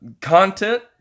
content